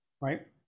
right